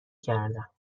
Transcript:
کردم